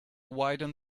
widen